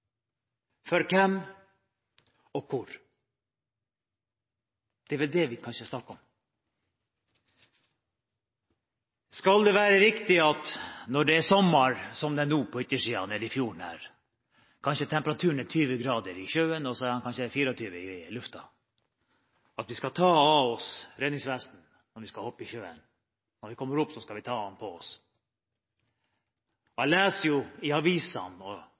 for hvem og hvor? Det er vel kanskje det vi snakker om. Er det riktig at når det er sommer, som det er nå på utsiden nede i fjorden her, og temperaturen kanskje er 20 grader i sjøen og 24 grader i luften, at vi skal ta av oss redningsvesten før vi hopper i sjøen, og når vi kommer opp, skal vi ta den på oss. Jeg leser i avisene og